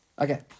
Okay